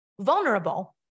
vulnerable